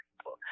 people